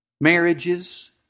marriages